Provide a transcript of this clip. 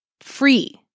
free